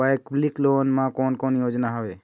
वैकल्पिक लोन मा कोन कोन योजना हवए?